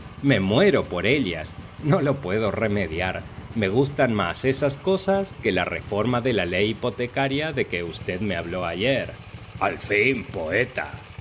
me muero por ellas no lo puedo remediar me gustan más esas cosas que la reforma de la ley hipotecaria de que v me habló ayer al fin poeta